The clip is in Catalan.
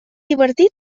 divertit